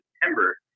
September